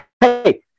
hey